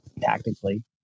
tactically